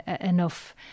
enough